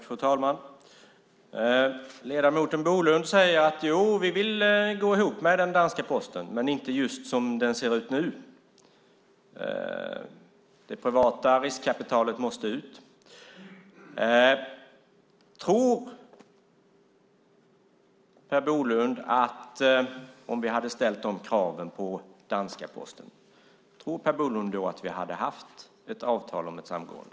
Fru talman! Ledamoten Bolund säger: Jo, vi vill gå ihop med den danska Posten, men inte som den ser ut just nu. Det privata riskkapitalet måste ut. Om vi hade ställt de kraven på danska Posten, tror Per Bolund att vi då hade haft ett avtal om ett samgående?